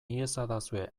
iezadazue